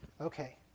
Okay